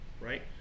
right